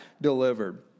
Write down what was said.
delivered